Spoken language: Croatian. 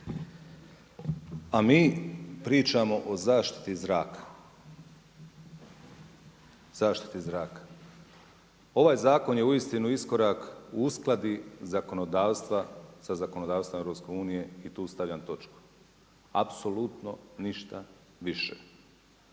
zraka. Zaštiti zraka. Ovaj zakon je uistinu iskorak u uskladi zakonodavstva, sa zakonodavstva EU i tu stavljam točku. Apsolutno ništa više.